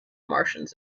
martians